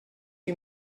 you